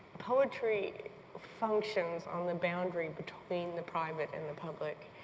poetry functions on the boundary between the private and the public.